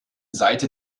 seite